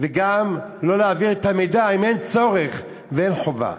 וגם לא להעביר את המידע אם אין צורך ואין חובה.